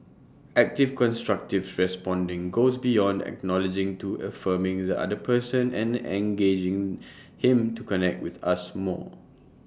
active constructive responding goes beyond acknowledging to affirming with the other person and engaging him to connect with us more